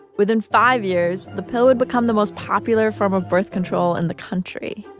within five years the pill would become the most popular form of birth control and the country.